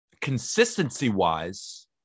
Consistency-wise